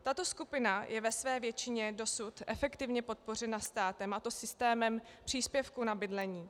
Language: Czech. Tato skupina je ve své většině dosud efektivně podpořena státem, a to systémem příspěvku na bydlení.